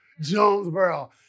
Jonesboro